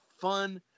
fun